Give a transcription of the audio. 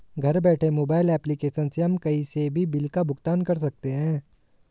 घर बैठे mobile application से हम कही से भी बिल का भुगतान कर सकते है